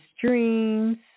dreams